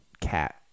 cat